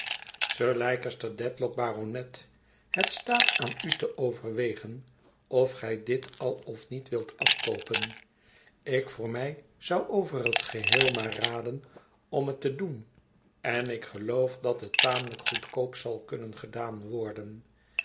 sir leicester dedlock baronet het staat aan u te overwegen of gij dit al of niet wilt afkoopen ik voor mij zou over het geheel maar raden om het te doen en ik geloof dat het tamelijk goedkoop zal kunnen gedaan worden